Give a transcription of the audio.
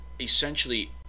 essentially